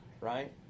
right